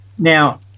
Now